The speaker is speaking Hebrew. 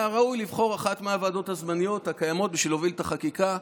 היה ראוי לבחור אחת מהוועדות הזמניות הקיימות בשביל להוביל את החקיקה,